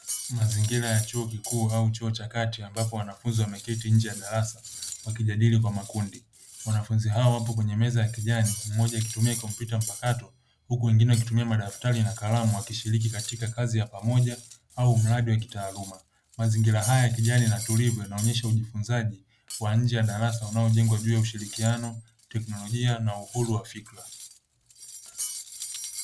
Mazingira ya chuo kikuu au chuo cha kati ambapo wanafunzi wameketi njee ya darasa wakijadili kwa makundi, wanafunzi hao wapo kwenye meza ya kijani, mmoja akitumia kompyuta mpakato huku wengine wakitumia madaftari na kalamu wakishiriki katika kazi ya pamoja au mradi wa taaluma, mazingira haya ya kijani na tulivu yanaonyesha ujifunzaji wa nje ya darasa, unaojengwa juu ya ushirikiano, teknolojia na uhuru wa fikra.